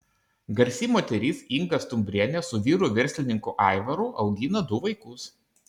garsi moteris inga stumbrienė su vyru verslininku aivaru augina du vaikus